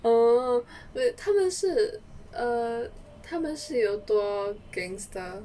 orh but 他们是 err 他们是有多 gangster